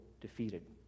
defeated